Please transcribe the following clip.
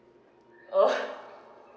orh